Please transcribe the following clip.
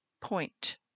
point